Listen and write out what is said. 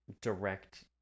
direct